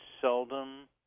seldom